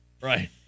Right